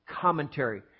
commentary